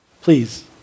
please